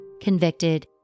convicted